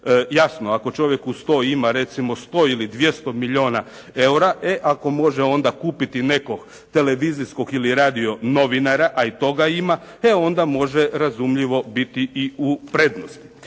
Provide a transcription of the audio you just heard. Jasno ako čovjeku sto, ima recimo 100 ili 200 milijuna eura, e ako onda može kupiti neko televizijsko ili radio novinara, a i toga ima, e onda može razumljivo biti i u prednosti.